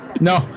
No